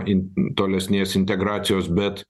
in tolesnės integracijos bet